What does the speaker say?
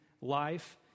life